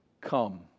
Come